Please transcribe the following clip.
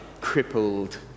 crippled